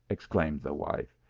exclaimed the wife.